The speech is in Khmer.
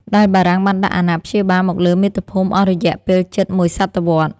ដែលបារាំងបានដាក់អាណាព្យាបាលមកលើមាតុភូមិអស់រយៈពេលជិតមួយសតវត្សរ៍។